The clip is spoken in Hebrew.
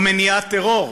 או מניעת טרור,